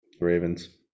Ravens